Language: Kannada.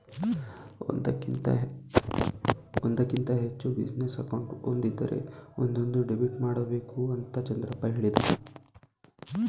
ಒಂದಕ್ಕಿಂತ ಹೆಚ್ಚು ಬಿಸಿನೆಸ್ ಅಕೌಂಟ್ ಒಂದಿದ್ದರೆ ಒಂದೊಂದು ಡೆಬಿಟ್ ಮಾಡಬೇಕು ಅಂತ ಚಂದ್ರಪ್ಪ ಹೇಳಿದ